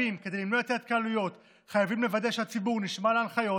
כדי למנוע את ההתקהלויות חייבים לוודא שהציבור נשמע להנחיות,